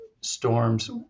storms